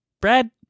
Brad